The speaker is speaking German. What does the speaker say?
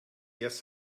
erst